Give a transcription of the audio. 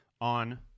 on